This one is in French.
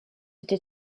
été